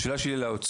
השאלה שלי לאוצר,